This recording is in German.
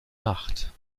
nacht